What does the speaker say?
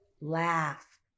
laugh